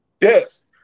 Yes